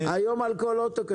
היום על כל רכב ליסינג,